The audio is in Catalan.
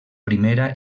primera